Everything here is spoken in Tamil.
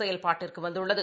செயல்பாட்டுக்குவந்துள்ளது